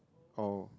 call